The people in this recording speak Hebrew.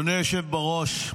אדוני היושב-ראש,